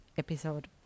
episode